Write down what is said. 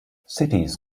cities